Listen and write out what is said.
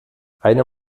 einer